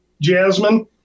Jasmine